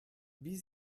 wie